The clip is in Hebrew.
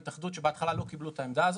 ההתאחדות שבהתחלה לא קיבלו את העמדה הזאת,